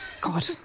God